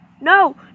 No